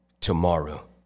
tomorrow